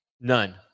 None